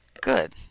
Good